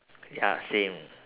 ya same